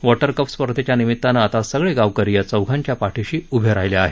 water cup स्पर्धेच्या निमित्तानं आता सगळे गावकरी या चौघांच्या पाठिशी उभे राहिले आहेत